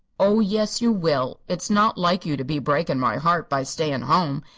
oh, yes you will. it's not like you to be breakin' my heart by stayin' home.